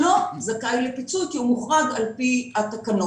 לא זכאי לפיצוי כי הוא מוחרג על פי התקנות.